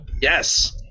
Yes